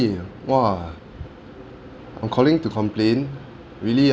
!wah! I'm calling to complain really ah